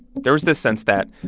there was this sense that,